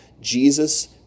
Jesus